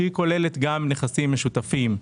שהיא כוללת גם נכסים משותפים.